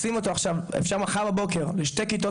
לשים אותו עכשיו אפשר מחר בבוקר בשתי כיתות